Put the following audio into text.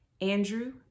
Andrew